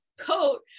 coat